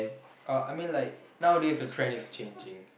uh I mean like nowadays the trend is changing